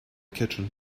kitchen